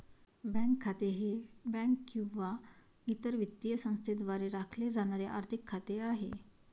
bank खाते हे bank किंवा इतर वित्तीय संस्थेद्वारे राखले जाणारे आर्थिक खाते आहे